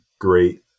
great